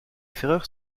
ferreur